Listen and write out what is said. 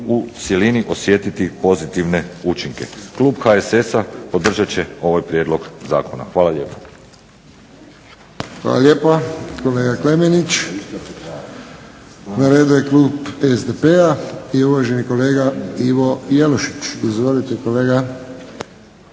u cjelini osjetiti pozitivne učinke. Klub HSS-a podržat će ovaj prijedlog zakona. Hvala lijepo. **Friščić, Josip (HSS)** Hvala lijepo kolega Klemenić. Na redu je klub SDP-a i uvaženi kolega Ivo Jelušić. Izvolite kolega.